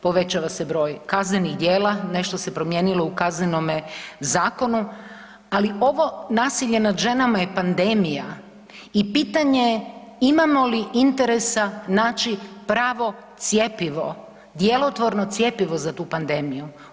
Povećava se broj kaznenih djela, nešto se promijenilo u Kaznenome zakonu, ali ovo nasilje nad ženama je pandemija i pitanje imamo li interesa naći pravo cjepivo, djelotvorno cjepivo za pandemiju.